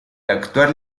actual